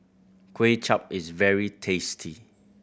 Kuay Chap is very tasty